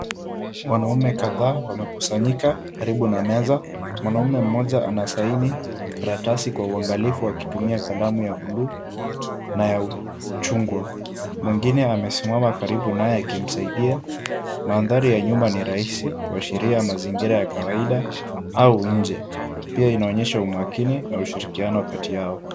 Wanaume kadhaa wamekusanyika karibu na meza. Mwanamume mmoja anasaini karatasi kwa uangalifu akitumia kalamu ya buluu na ya uchungwa. Mwingine amesimama karibu naye akimsaidia. Maandhari ya nyumba ni rahisi kuashiria mazingira ya kawaida au nje. Pia inaonyesha umakini na ushirikiano kati yao.